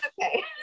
okay